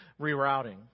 rerouting